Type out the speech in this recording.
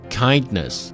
kindness